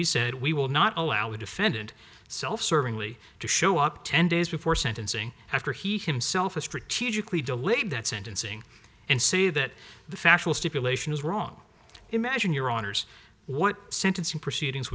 we said we will not allow a defendant self serving lee to show up ten days before sentencing after he himself is strategically delayed that sentencing and say that the factual stipulation is wrong imagine your honour's what sentencing proceedings